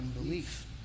unbelief